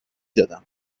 دادم